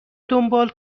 دنبال